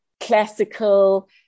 classical